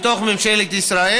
בתוך ממשלת ישראל.